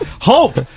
Hope